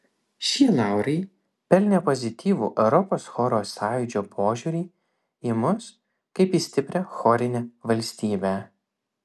šie laurai pelnė pozityvų europos choro sąjūdžio požiūrį į mus kaip į stiprią chorinę valstybę